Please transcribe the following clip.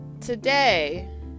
today